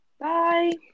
Bye